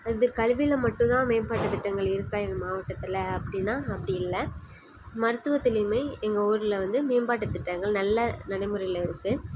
இது கல்வியில் மட்டும்தான் மேம்பாட்டுத் திட்டங்கள் இருக்கா எங்கள் மாவட்டத்தில் அப்படின்னா அப்படி இல்லை மருத்துவத்துலையுமே எங்கள் ஊரில் வந்து மேம்பாட்டு திட்டங்கள் நல்ல நடைமுறையில் இருக்குது